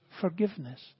forgiveness